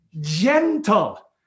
gentle